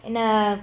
हिन